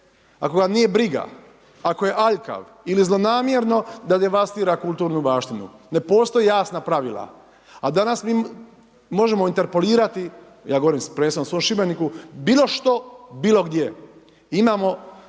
ako ga nije briga, ako je aljkav ili zlonamjerno da devastira kulturnu baštinu. Ne postoje jasna pravila. A danas mi možemo interpolirati, ja govorim prvenstveno o svom Šibeniku, bilo što, bilo gdje. Imamo